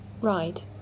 Right